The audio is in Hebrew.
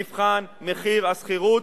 מבחן מחיר השכירות,